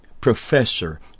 professor